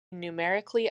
numerically